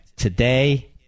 Today